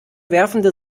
werfende